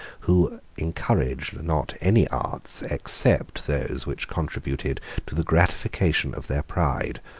who encouraged not any arts except those which contributed to the gratification of their pride,